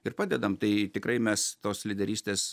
ir padedam tai tikrai mes tos lyderystės